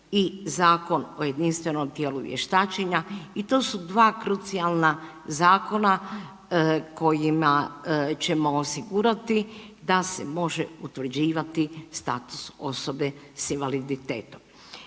i Zakon o jedinstvenom tijelu vještačenja i to su dva krucijalna zakona kojima ćemo osigurati da se može utvrđivati status osobe s invaliditetom.